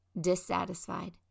dissatisfied